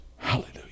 Hallelujah